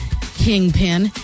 kingpin